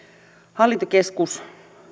hallintokeskus